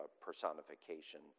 personification